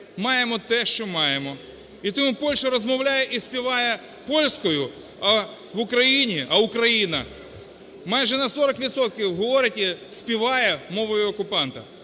маємо те, що маємо. І тому Польща розмовляє і співає польською, а в Україні... а Україна майже на 40 відсотків говорить і співає мовою окупанта.